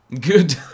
Good